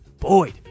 Boyd